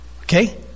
Okay